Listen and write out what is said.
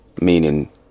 meaning